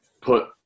put